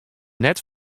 net